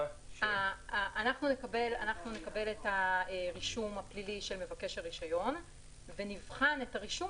-- אנחנו נקבל את הרישום הפלילי של מבקש הרישיון ונבחן את הרישום